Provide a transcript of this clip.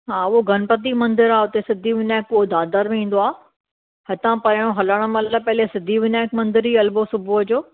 हा उहो गणपति मंदरु आहे हुते सिद्धि विनायक उहो दादर में ईंदो आहे हितां पहिरियां हलण महिल पहले सिद्धि विनायक मंदर ई हलिबो सुबुह जो